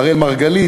אראל מרגלית,